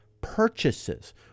purchases